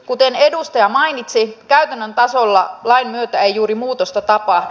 kuten edustaja mainitsi käytännön tasolla lain myötä ei juuri muutosta tapahdu